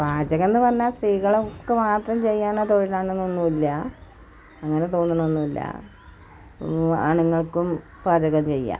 പാചകം എന്ന് പറഞ്ഞാൽ സ്ത്രീകൾക്ക് മാത്രം ചെയ്യുന്ന തൊഴിലാണ് എന്നൊന്നുമില്ല അങ്ങനെ തോന്നണൊന്നുമില്ല ആണുങ്ങൾക്കും പാചകം ചെയ്യാം